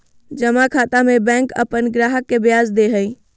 जमा खाता में बैंक अपन ग्राहक के ब्याज दे हइ